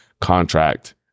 contract